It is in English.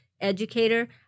educator